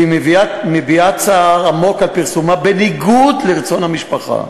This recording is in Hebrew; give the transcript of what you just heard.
והיא מביעה צער עמוק על פרסומה בניגוד לרצון המשפחה.